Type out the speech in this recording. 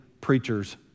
preachers